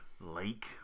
Lake